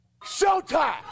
showtime